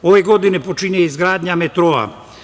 Ove godine počinje i izgradnja metroa.